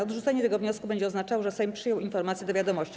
Odrzucenie tego wniosku będzie oznaczało, że Sejm przyjął informację do wiadomości.